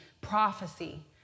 prophecy